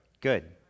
Good